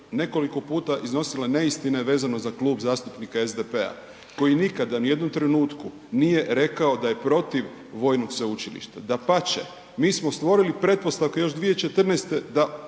nekoliko puta iznosila neistine vezano uz Klub zastupnika SDP-a, koji nikada ni u jednom trenutku nije rekao da je protiv vojnog sveučilišta. Dapače, mi smo stvorili pretpostavke još 2014. da